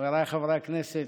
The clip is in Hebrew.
חבריי חברי הכנסת,